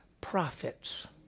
prophets